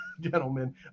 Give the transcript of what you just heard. gentlemen